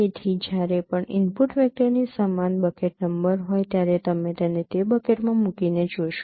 તેથી જ્યારે પણ ઇનપુટ વેક્ટરની સમાન બકેટ નંબર હોય ત્યારે તમે તેને તે બકેટ માં મૂકીને જોશો